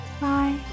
bye